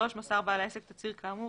מסר בעל העסק תצהיר כאמור,